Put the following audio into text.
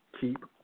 keep